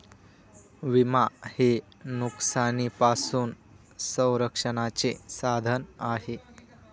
विमा हे नुकसानापासून संरक्षणाचे साधन आहे